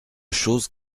chose